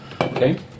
Okay